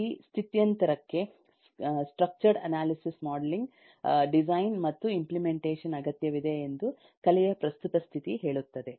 ಈ ಸ್ಥಿತ್ಯಂತರಕ್ಕೆ structured analysis modelling design ಮತ್ತು ಇಂಪ್ಲೆಮೆಂಟೇಷನ್ ಅಗತ್ಯವಿದೆ ಎಂದು ಕಲೆಯ ಪ್ರಸ್ತುತ ಸ್ಥಿತಿ ಹೇಳುತ್ತದೆ